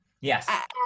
Yes